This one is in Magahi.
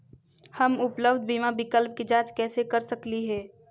हम उपलब्ध बीमा विकल्प के जांच कैसे कर सकली हे?